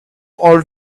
all